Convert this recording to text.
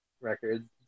records